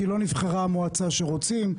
כי לא נבחרה המועצה שרוצים.